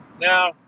Now